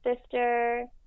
sister